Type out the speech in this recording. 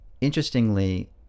interestingly